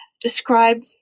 describe